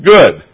Good